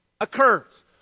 occurs